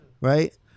Right